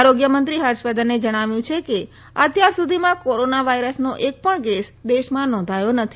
આરોગ્ય મંત્રી હર્ષ વર્ધને જણાવ્યું છે કે અત્યાર સુધીમાં કોરોના વાયરસનો એક પણ કેસ દેશમાં નોંધાયો નથી